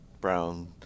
brown